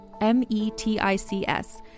M-E-T-I-C-S